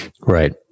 Right